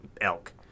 elk